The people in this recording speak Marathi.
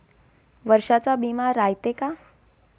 वर्षाचा बिमा रायते का?